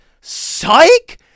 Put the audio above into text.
Psych